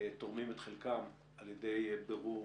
תורמים את חלקם על ידי בירור